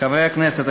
חברי הכנסת,